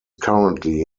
currently